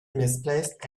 misplaced